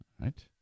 right